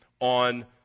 on